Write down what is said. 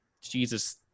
Jesus